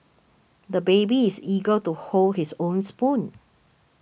the baby is eager to hold his own spoon